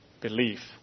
belief